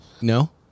No